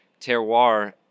terroir